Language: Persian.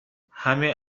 همین